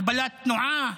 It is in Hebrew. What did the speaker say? הגבלת תנועה,